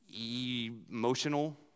emotional